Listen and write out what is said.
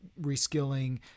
reskilling